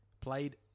Played